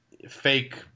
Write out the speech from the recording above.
fake